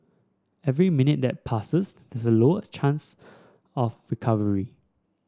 every minute that passes this a lower chance of recovery